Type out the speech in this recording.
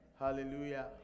Hallelujah